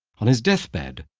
on his deathbed,